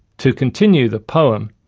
to continue the poem,